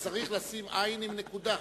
אז צריך לשים עי"ן עם נקודה,